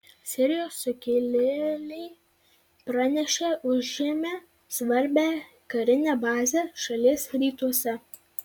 sirijos sukilėliai pranešė užėmę svarbią karinę bazę šalies rytuose